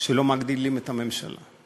שלא מגדילים את הממשלה,